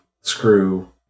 screw